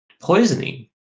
poisoning